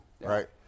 right